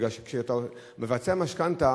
בגלל שכשאתה מבצע משכנתה,